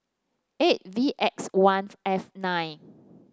eight V X one F nine